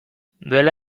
duela